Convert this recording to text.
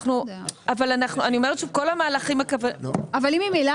אני אומרת שכל המהלכים --- אבל אם ממילא,